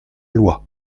loi